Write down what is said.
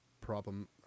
problem